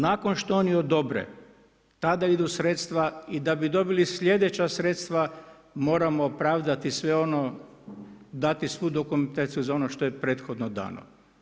Nakon što oni odobre, tada idu sredstva i da bi dobili sljedeća sredstva moramo opravdati sve ono, dati svu dokumentaciju za ono što je prethodno dano.